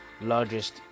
largest